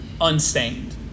unstained